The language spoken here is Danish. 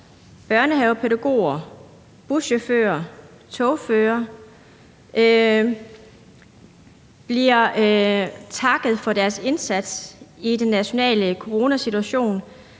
børnehavepædagoger, buschauffører, togførere – bliver takket for deres indsats i den nationale coronasituation